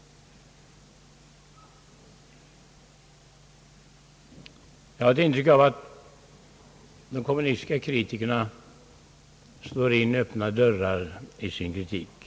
Jag har ett intryck av att de kommunistiska kritikerna slår in öppna dörrar med sin kritik.